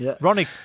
Ronnie